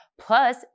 Plus